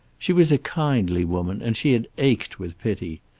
she was a kindly woman, and she had ached with pity.